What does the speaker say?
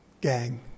gang